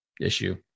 issue